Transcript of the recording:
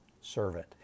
servant